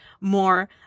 more